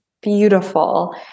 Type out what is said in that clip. beautiful